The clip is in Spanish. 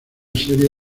serie